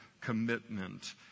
commitment